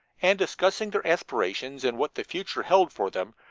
and, discussing their aspirations and what the future held for them,